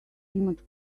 image